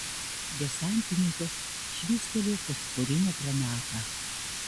desantininkas švystelėjo fosforinę granatą